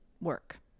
work